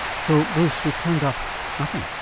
so bruce we've turned up nothing?